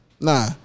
Nah